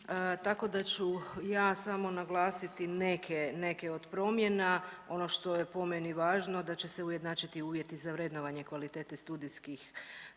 tako da ću ja samo naglasiti neke, neke od promjena. Ono što je po meni važno da će se ujednačiti uvjeti za vrednovanje kvalitete studijskih